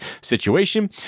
situation